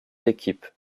équipes